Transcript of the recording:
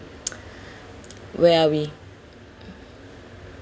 where are we